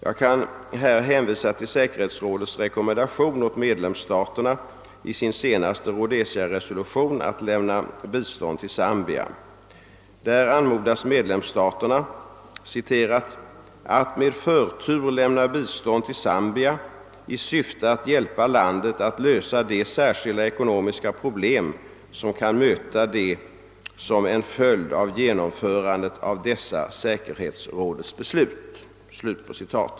Jag kan här hänvisa till säkerhetsrådets rekommendation till medlemsstaterna i dess senaste Rhodesiaresolution att lämna bistånd till Zambia. Där anmodas medlemsstaterna att med förtur lämna bistånd till Zambia i syfte att hjälpa landet att lösa de särskilda ekonomiska problem som kan möta det som en följd av genomförandet av dessa säkerhetsrådets beslut.